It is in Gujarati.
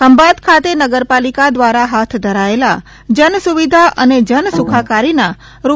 ખંભાત ખાતે નગરપાલિકા દ્વારા હાથ ધરાયેલા જનસુવિધા અને જન સુખાકારીના રૂ